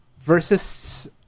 versus